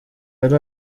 ari